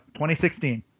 2016